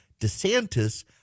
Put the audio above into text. DeSantis